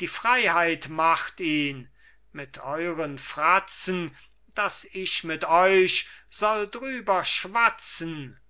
die freiheit macht ihn mit euren fratzen daß ich mit euch soll darüber schwatzen